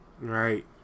Right